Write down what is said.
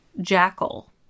jackal